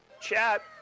chat